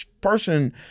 person